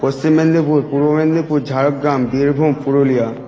Paschim Medinipur Purba Medinipur Jhargram Birbhum Purulia